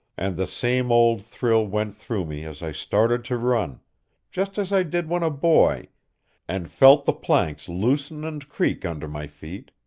and the same old thrill went through me as i started to run just as i did when a boy and felt the planks loosen and creak under my feet.